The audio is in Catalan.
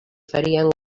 farien